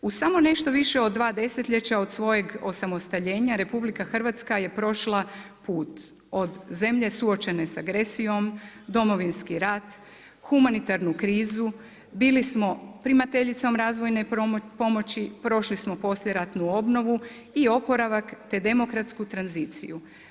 U samo nešto više od 2 desetljeća od svojeg osamostaljenja RH je prošla put od zemlje suočene sa agresijom, Domovinski rat, humanitarnu krizu, bili smo primateljicom razvojne pomoći, prošli smo poslijeratnu obnovu i oporavak te demokratsku tranziciju.